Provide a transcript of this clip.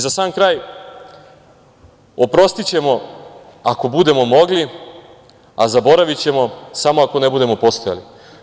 Za sam kraj, oprostićemo ako budemo mogli, a zaboravićemo samo ako ne budemo postojali.